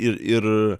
ir ir